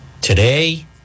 Today